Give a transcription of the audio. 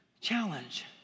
challenge